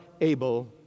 able